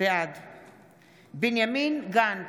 בעד בנימין גנץ,